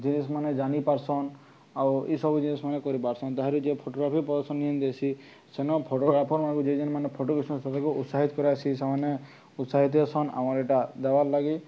ଜିନିଷ୍ ମାନେ ଜାନି ପାର୍ସନ୍ ଆଉ ଏଇସବୁ ଜିନିଷ୍ ମେ କରିପାରିସନ୍ ତାହାରି ଯିଏ ଫଟୋଗ୍ରାଫି ପ୍ରଦର୍ଶନ ସେନ ଫଟୋଗ୍ରାଫର୍ମାନଙ୍କୁ ଯେ ଯେନ୍ ମାନେ ଫଟୋ ଉତ୍ସାହିତ କରିଆସି ସେମାନେ ଉତ୍ସାହିତସନ୍ ଆମର୍ ଏଇଟା ଦେବାର୍ ଲାଗି